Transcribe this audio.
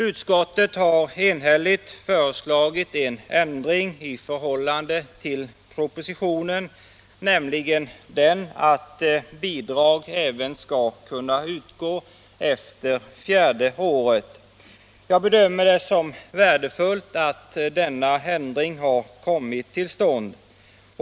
Utskottet har enhälligt föreslagit en ändring i förhållande till propositionen, nämligen den att bidrag skall kunna utgå även efter det fjärde året. Jag bedömer det som värdefullt att denna ändring har kommit till stånd.